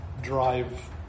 drive